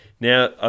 Now